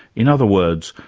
in other words,